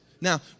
Now